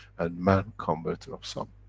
and man converter of some.